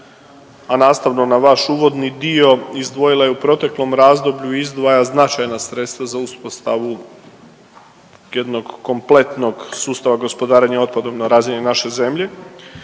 a nastavno na vaš uvodni dio izdvojila je u proteklom razdoblju izdvaja značajna sredstva za uspostavu jednog kompletnog sustava gospodarenja otpadom na razini naše zemlje.